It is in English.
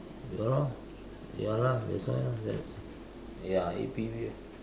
ya lor ya lah that's why and then ya A_P_B